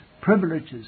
privileges